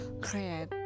create